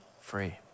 free